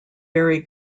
very